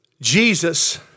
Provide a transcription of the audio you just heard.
Jesus